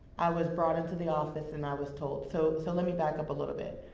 i was brought into the office and i was told so, so let me back up a little bit.